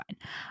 fine